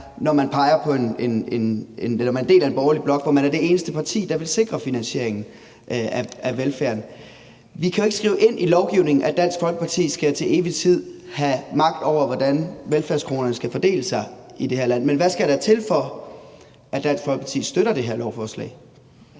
når man er del af en borgerlig blok, hvor man er det eneste parti, der vil sikre finansiering af velfærden. Vi kan jo ikke skrive ind i lovgivningen, at Dansk Folkeparti til evig tid skal have magt over, hvordan velfærdskronerne skal fordeles i det her land, men hvad skal der til, for at Dansk Folkeparti støtter det her lovforslag?